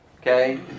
okay